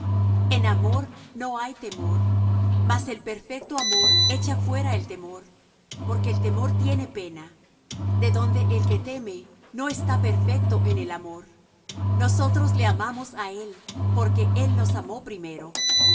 en amor no hay temor mas el perfecto amor echa fuera el temor porque el temor tiene pena de donde el que teme no está perfecto en el amor nosotros le amamos á él porque él nos amó primero